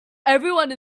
everyone